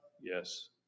Yes